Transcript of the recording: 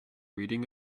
reading